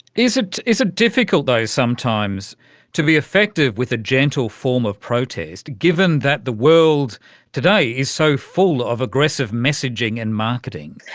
is it difficult though sometimes to be effective with a gentle form of protest given that the world today is so full of aggressive messaging and marketing?